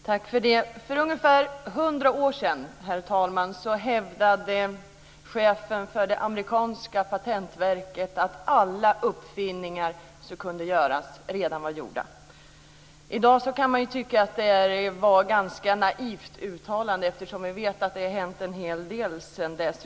Herr talman! För ungefär 100 år sedan hävdade chefen för det amerikanska patentverket att alla uppfinningar som kunde göras redan var gjorda. I dag kan man tycka att det var ett ganska naivt uttalande, eftersom vi vet att det har hänt en hel del sedan dess.